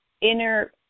inner